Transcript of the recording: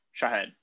Shahed